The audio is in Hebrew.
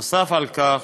נוסף על כך,